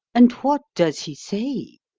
and what does he say?